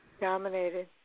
dominated